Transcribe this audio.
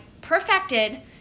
perfected